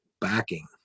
backing